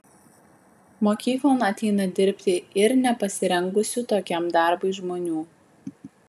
mokyklon ateina dirbti ir nepasirengusių tokiam darbui žmonių